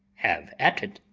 have at it!